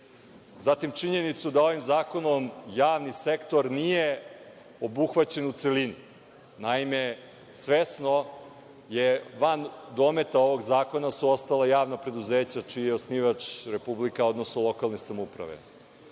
zatim činjenicu da ovim zakonom javni sektor nije obuhvaćen u celini. Naime, svesno van dometa ovog zakona su ostala javna preduzeća čiji je osnivač republika, odnosno lokalne samouprave.